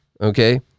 Okay